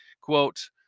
Quote